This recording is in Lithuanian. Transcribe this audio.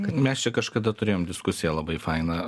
kad mes čia kažkada turėjom diskusiją labai fainą